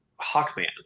Hawkman